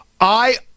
I-